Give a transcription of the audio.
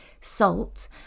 salt